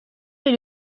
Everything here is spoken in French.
est